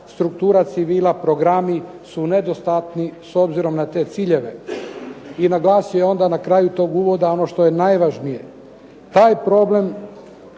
struktura civila, programi su nedostatni s obzirom na te ciljeve." I naglasio je onda na kraju tog uvoda ono što je najvažnije: "Taj problem